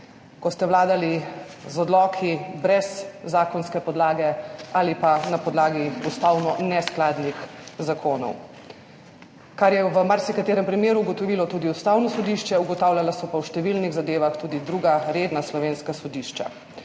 ko ste vladali z odloki brez zakonske podlage ali pa na podlagi ustavno neskladnih zakonov, kar je v marsikaterem primeru ugotovilo tudi Ustavno sodišče, ugotavljala so pa v številnih zadevah tudi druga redna slovenska sodišča,